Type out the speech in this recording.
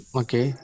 okay